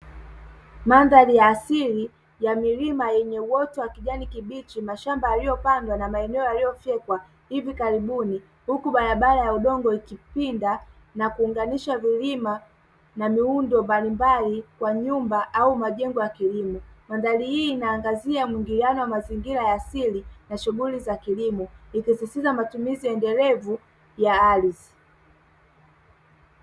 Mandhari ya asili ya milima yenye uoto wa kijani kibichi, mashamba yaliyopandwa na maeneo yaliyofyekwa hivi karibuni, huku barabara ya udongo ikipinda na kuunganisha vilima na miundo mbalimbali kwa nyumba au majengo ya kilimo, mandhari hii inaangazia mwingiliano wa mazingira ya asili na shughuli za kilimo ikisisitiza matumizi endelevu ya ardhi.